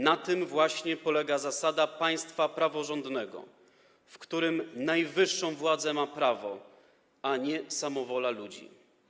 Na tym właśnie polega zasada państwa praworządnego, w którym najwyższą władzę ma prawo, a nie samowola ludzi.